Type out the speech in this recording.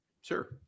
Sure